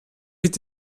mit